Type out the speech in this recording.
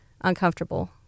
uncomfortable